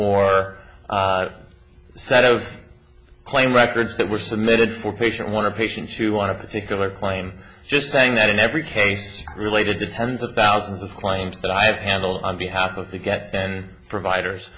or set of claim records that were submitted for patient one a patient to want to particular claim just saying that in every case related to tens of thousands of claims that i have handled on behalf of the get then providers